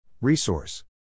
Resource